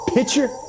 Picture